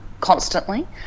constantly